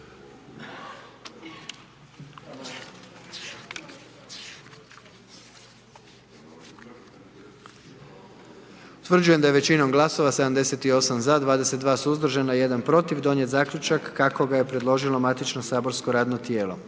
Utvrđujem da je većinom glasova 78 za i 1 suzdržan i 20 protiv donijet zaključak kako ga je predložilo matično saborsko radno tijelo.